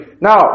Now